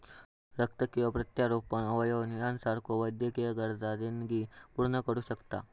रक्त किंवा प्रत्यारोपण अवयव यासारख्यो वैद्यकीय गरजा देणगी पूर्ण करू शकता